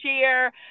share